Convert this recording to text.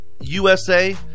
USA